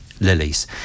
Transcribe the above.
lilies